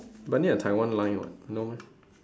but need a taiwan line [what] no meh